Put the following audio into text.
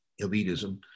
elitism